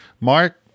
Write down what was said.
Mark